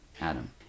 Adam